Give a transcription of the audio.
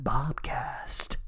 Bobcast